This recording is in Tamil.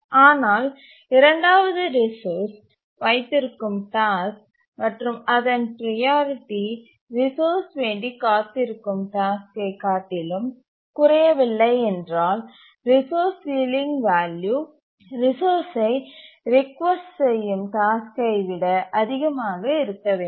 ஆனால் இரண்டாவது ரிசோர்ஸ் வைத்திருக்கும் டாஸ்க் மற்றும் அதன் ப்ரையாரிட்டி ரிசோர்ஸ் வேண்டி காத்திருக்கும் டாஸ்க்கை காட்டிலும் குறையவில்லை என்றால் ரிசோர்ஸ் சீலிங் வேல்யூ ரிசோர்ஸ்யை ரிக்வெஸ்ட் செய்யும் டாஸ்க்கை விட அதிகமாக இருக்க வேண்டும்